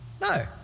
No